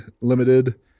limited